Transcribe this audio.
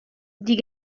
die